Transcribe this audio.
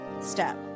step